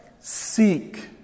seek